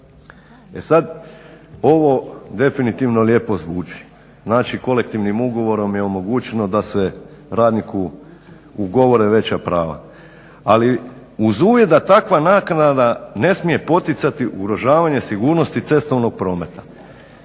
E sada, ovo definitivno lijepo zvuči. Znači kolektivnim ugovorom je omogućeno da se radniku ugovore veća prava. Ali uz uvjet da takva naknada ne smije poticati ugrožavanje sigurnosti cestovnog prometa.